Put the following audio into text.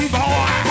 boy